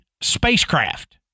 spacecraft